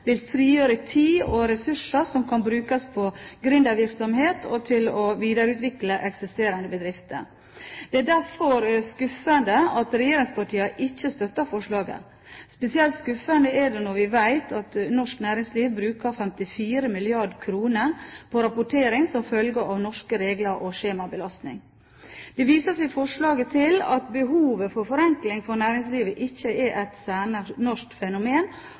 vil frigjøre tid og ressurser som kan brukes på gründervirksomhet og til å videreutvikle eksisterende bedrifter. Det er derfor skuffende at regjeringspartiene ikke støtter forslaget. Spesielt skuffende er det når vi vet at norsk næringsliv bruker 54 mrd. kr på rapportering som følge av norske regler og skjemabelastning. Det vises i forslaget til at behovet for forenkling for næringslivet ikke er et særnorsk fenomen,